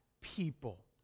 people